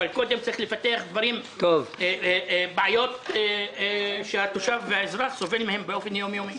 אבל קודם צריך לפתח ולפתור בעיות שהאזרח סובל מהן באופן יום-יומי.